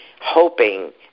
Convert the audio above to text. hoping